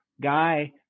guy